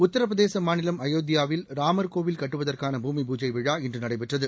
உத்திரபிரதேச மாநிலம் அயோத்தியாவில் ராமர் கோவில் கட்டுவதற்கான பூமி பூஜை விழா இன்று நடைபெற்றது